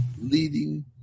leading